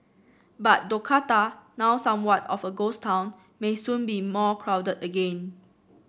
but Dakota now somewhat of a ghost town may soon be more crowded again